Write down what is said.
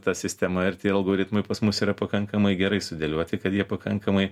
ta sistema ir tie algoritmai pas mus yra pakankamai gerai sudėlioti kad jie pakankamai